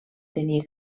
tenir